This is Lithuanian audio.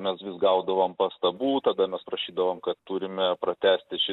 mes vis gaudavom pastabų tada mes prašydavom kad turime pratęsti ši